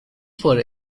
for